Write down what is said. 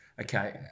okay